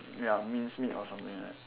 ya minced meat or something like that